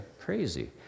crazy